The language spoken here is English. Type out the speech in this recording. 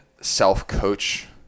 self-coach